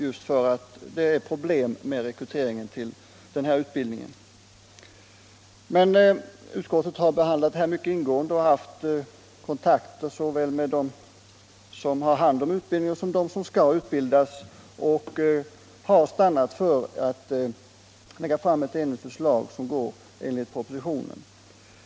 Utskottet har behandlat denna fråga mycket ingående och haft kontakt såväl med dem som har hand om ut bildningen som med dem som skall utbildas och har stannat för att lägga fram ett enigt förslag i överensstämmelse med propositionen.